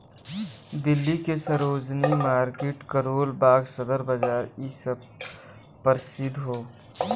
दिल्ली के सरोजिनी मार्किट करोल बाग सदर बाजार इ सब परसिध हौ